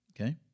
Okay